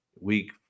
week